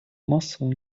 массового